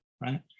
right